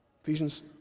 Ephesians